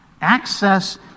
access